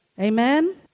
Amen